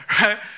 right